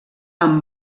amb